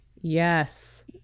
yes